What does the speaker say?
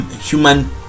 human